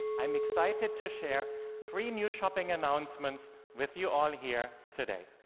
i'm excited to share three new shopping announcements with you all here today.